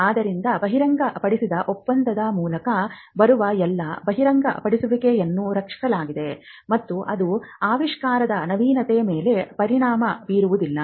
ಆದ್ದರಿಂದ ಬಹಿರಂಗಪಡಿಸದ ಒಪ್ಪಂದದ ಮೂಲಕ ಬರುವ ಎಲ್ಲಾ ಬಹಿರಂಗಪಡಿಸುವಿಕೆಗಳನ್ನು ರಕ್ಷಿಸಲಾಗಿದೆ ಮತ್ತು ಇದು ಆವಿಷ್ಕಾರದ ನವೀನತೆಯ ಮೇಲೆ ಪರಿಣಾಮ ಬೀರುವುದಿಲ್ಲ